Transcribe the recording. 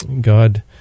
God